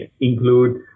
include